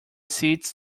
seeds